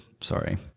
sorry